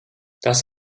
tas